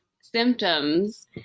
symptoms